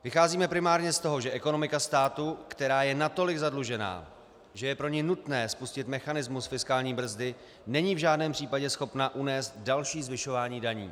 Vycházíme primárně z toho, že ekonomika státu, která je natolik zadlužená, že je pro ni nutné spustit mechanismus fiskální brzdy, není v žádném případě schopna unést další zvyšování daní.